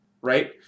right